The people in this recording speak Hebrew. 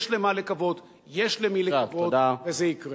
יש למה לקוות, יש למי לקוות, וזה יקרה.